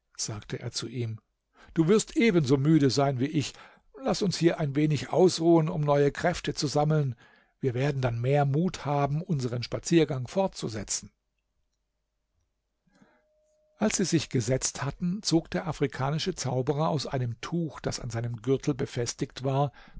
sagte er zu ihm du wirst ebenso müde sein wie ich laß uns hier ein wenig ausruhen um neue kräfte zu sammeln wir werden dann mehr mut haben unseren spaziergang fortzusetzen als sie sich gesetzt hatten zog der afrikanische zauberer aus einem tuch das an seinem gürtel befestigt war